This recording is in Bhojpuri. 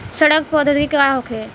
सड़न प्रधौगिकी का होखे?